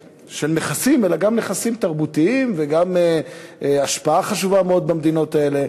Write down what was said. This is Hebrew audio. אלא גם נכסים תרבותיים וגם השפעה חשובה מאוד במדינות האלה.